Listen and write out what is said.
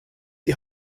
die